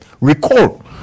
recall